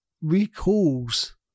recalls